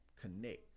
connect